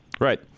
Right